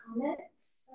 comments